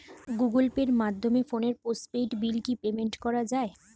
Google পের মাধ্যমে ফোনের পোষ্টপেইড বিল কি পেমেন্ট করা যায়?